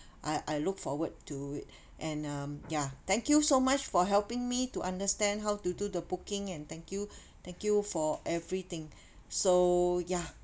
I I look forward to it and um ya thank you so much for helping me to understand how to do the booking and thank you thank you for everything so ya